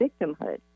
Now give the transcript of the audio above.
victimhood